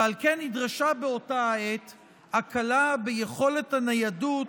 ועל כן נדרשה באותה העת הקלה ביכולת הניידות